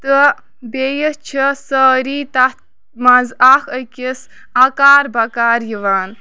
تہٕ بیٚیہِ چھِ سٲری تَتھ منٛز اکھ أکِس اَکار بکار یِوان